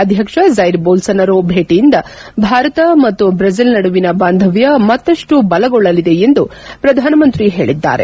ಅಧ್ಲಕ್ಷ Jair Bolsonaro ಭೇಟಿಯಿಂದ ಭಾರತ ಮತ್ತು Brazil ನಡುವಿನ ಬಾಂಧವ್ಯ ಮತ್ತಷ್ಟು ಬಲಗೊಳ್ಳಲಿದೆ ಎಂದು ಪ್ರಧಾನ ಮಂತ್ರಿ ಹೇಳಿದ್ದಾರೆ